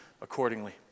accordingly